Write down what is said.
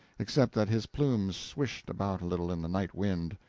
except that his plumes swished about a little in the night wind.